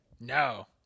No